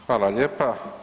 Hvala lijepa.